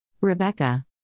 Rebecca